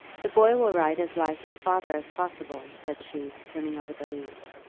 the boy will write as like his father as possible, said she, turning over the leaves.